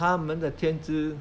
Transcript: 他们的天智